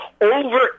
over